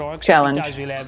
challenge